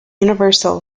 universal